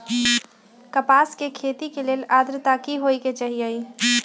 कपास के खेती के लेल अद्रता की होए के चहिऐई?